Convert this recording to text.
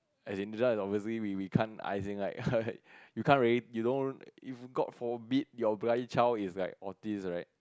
as in this one is obviously we we can't I like right you can't really you don't if god forbid your bloody child is autis right